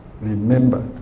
Remember